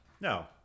No